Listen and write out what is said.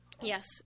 Yes